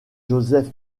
joseph